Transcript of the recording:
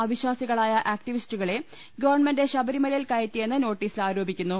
അവിശ്വാസികളായ ആക്ടി വിസ്റ്റുകളെ ഗവൺമെന്റ് ശബരിമലയിൽ കയറ്റിയെന്ന് നോട്ടീസിൽ ആരോ പിക്കുന്നു